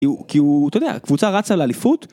‫כי הוא, אתה יודע, ‫קבוצה רצה לאליפות.